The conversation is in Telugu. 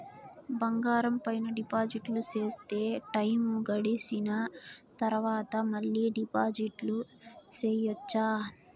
బంగారం పైన డిపాజిట్లు సేస్తే, టైము గడిసిన తరవాత, మళ్ళీ డిపాజిట్లు సెయొచ్చా?